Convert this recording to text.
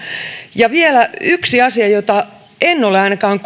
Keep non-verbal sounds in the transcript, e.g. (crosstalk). ja vielä yksi asia jota en ole ainakaan (unintelligible)